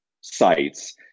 sites